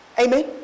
Amen